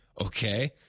okay